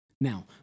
now